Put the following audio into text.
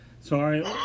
Sorry